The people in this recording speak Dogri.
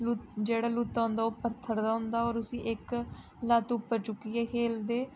लु जेह्ड़ा लुत्ता होंदा ओह् पत्थर दा होंदा होर उसी इक लत्त उप्पर चुक्कियै खेलदे